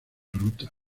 ruta